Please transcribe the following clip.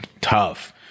Tough